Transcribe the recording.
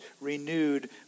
renewed